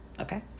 Okay